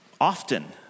often